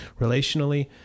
relationally